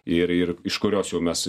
ir ir iš kurios jau mes